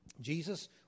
Jesus